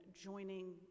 joining